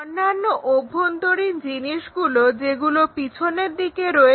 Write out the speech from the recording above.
অন্যান্য অভ্যন্তরীণ জিনিসগুলো যেগুলো পিছনের দিকে রয়েছে